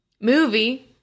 movie